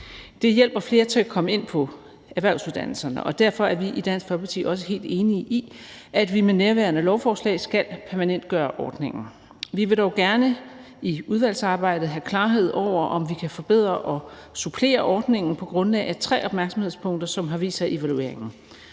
Det hjælper flere til at komme ind på erhvervsuddannelserne, og derfor er vi i Dansk Folkeparti også helt enige i, at vi med nærværende lovforslag skal permanentgøre ordningen. Vi vil dog gerne i udvalgsarbejdet have klarhed over, om vi kan forbedre og supplere ordningen på grundlag af tre opmærksomhedspunkter, som har vist sig i evalueringen.